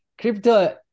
Crypto